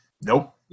nope